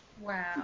wow